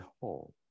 whole